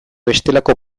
bestelako